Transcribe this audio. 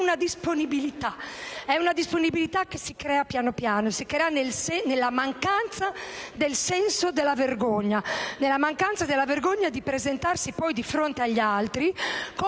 È una disponibilità che si crea pian piano, nella mancanza del senso della vergogna, nella mancanza della vergogna di presentarsi, poi, di fronte agli altri